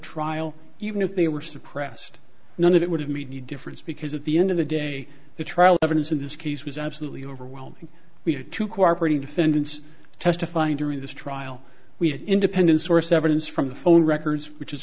trial even if they were suppressed none of it would have made a difference because at the end of the day the trial evidence in this case was absolutely overwhelming we had two cooperating defendants testifying during this trial we had independent source evidence from the phone records which is